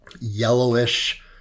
yellowish